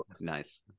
Nice